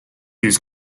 use